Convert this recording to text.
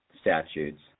statutes